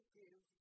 give